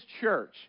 church